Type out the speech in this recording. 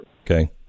Okay